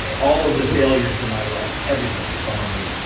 all of the failures in my life. everything from.